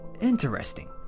Interesting